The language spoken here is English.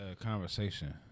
conversation